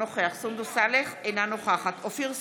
סונדוס סאלח, אינה נוכחת אופיר סופר,